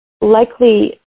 Likely